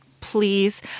please